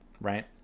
right